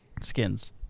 skins